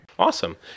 Awesome